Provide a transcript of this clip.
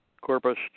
Corpus